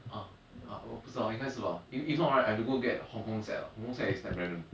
ah 我不知道应该是吧 if if not right I have to go get hong kong set ah hong kong set is Snapdragon